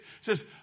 says